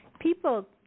People